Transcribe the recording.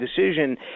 decision